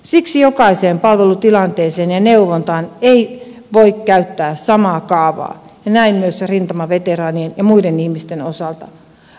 siksi jokaiseen palvelutilanteeseen ja neuvontaan ei voi käyttää samaa kaavaa ja näin on rintamaveteraanien ja myös muiden ihmisten osalta